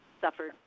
suffered